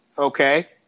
Okay